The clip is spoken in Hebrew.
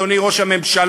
אדוני ראש הממשלה,